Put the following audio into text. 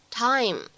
time